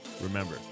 Remember